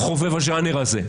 חובב הז'אנר הזה.